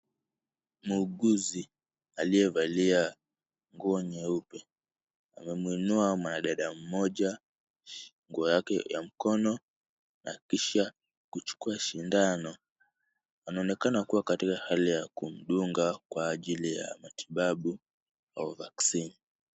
Muuguzi aliyevalia nguo nyeupe amemuinua mwanadada mmoja nguo yake ya mkono na kisha kuchukua sindano. Anaonekana kuwa katika hali ya kumdunga kwa ajili ya matibabu wa vaccine .